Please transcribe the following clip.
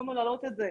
יכולנו להעלות את זה.